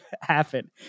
happen